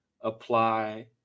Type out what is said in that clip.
apply